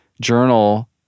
journal